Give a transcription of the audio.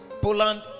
Poland